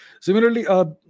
Similarly